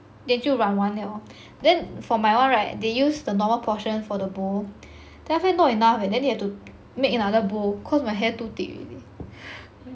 then 就染完 liao then for my my [one] right they use the normal portion for the bowl then after that not enough eh then they have to make another bowel cause my hair too thick already